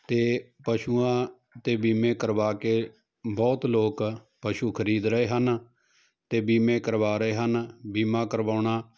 ਅਤੇ ਪਸ਼ੂਆਂ ਦੇ ਬੀਮੇ ਕਰਵਾ ਕੇ ਬਹੁਤ ਲੋਕ ਪਸ਼ੂ ਖਰੀਦ ਰਹੇ ਹਨ ਅਤੇ ਬੀਮੇ ਕਰਵਾ ਰਹੇ ਹਨ ਬੀਮਾ ਕਰਵਾਉਣਾ